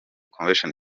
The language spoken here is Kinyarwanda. convention